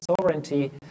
sovereignty